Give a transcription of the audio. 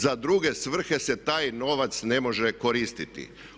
Za druge svrhe se taj novac ne može koristiti.